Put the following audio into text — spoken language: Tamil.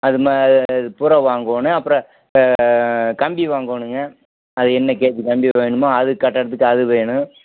அது ம அது பூரா வாங்கணும் அப்புறம் கம்பி வாங்கணுங்க அது என்ன கம்பி வேணுமோ அது கட்டிடத்துக்கு அது வேணும்